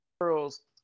girls